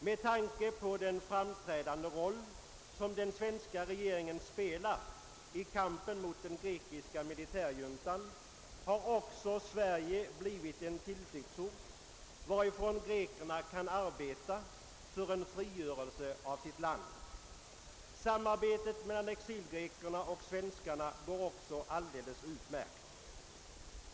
Med tanke på den framträdande roll som den svenska regeringen spelar i kampen mot den grekiska militärjuntan har också Sverige blivit en tillflyktsort, varifrån grekerna kan arbeta för en frigörelse av sitt land. Samarbetet mellan exilgrekerna och svenskarna går också alldeles utmärkt.